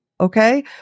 okay